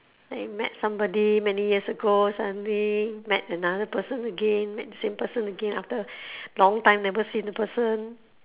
like you met somebody many years ago suddenly met another person again met the same person again after long time never seen the person